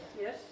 Yes